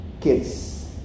kids